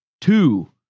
Two